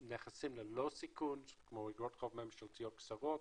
נכסים ללא סיכון, כמו אגרות חוב ממשלתיות קצרות,